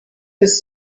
his